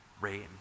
rain